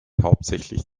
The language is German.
hauptsächlich